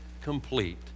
complete